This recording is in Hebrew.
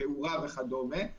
תאורה וכדומה,